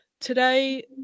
today